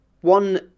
one